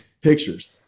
pictures